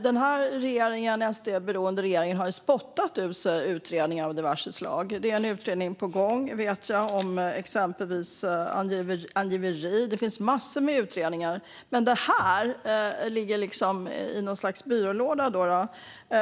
Den här SD-beroende regeringen har ju spottat ur sig utredningar av diverse slag. Det är exempelvis en utredning på gång om angiveri. Det finns massor med utredningar. Men detta ligger alltså i något slags byrålåda.